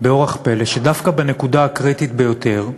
באורח פלא, שדווקא בנקודה הקריטית ביותר,